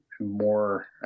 more